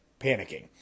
panicking